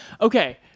okay